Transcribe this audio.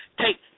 Take